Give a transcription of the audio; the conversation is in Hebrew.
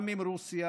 גם עם רוסיה,